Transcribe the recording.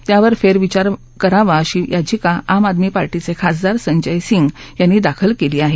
त्यावर फेरविचार करावा अशी याचिका आम आदमी पार्टीचे खासदार संजय सिंग यांनी दाखल केली आहे